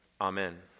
Amen